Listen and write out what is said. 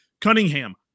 Cunningham